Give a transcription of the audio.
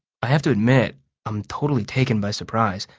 i have to admit i'm totally taken by surprise.